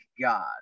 God